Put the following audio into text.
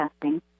testing